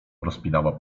rozpinała